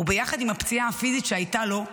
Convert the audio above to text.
וביחד עם הפציעה הפיזית שהייתה לו,